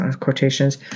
quotations